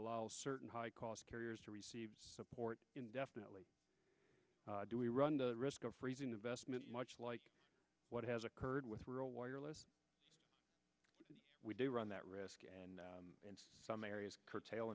allow certain high cost carriers to receive support indefinitely do we run the risk of freezing investment much like what has occurred with rural wireless we do run that risk and in some areas curtail